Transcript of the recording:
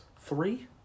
Three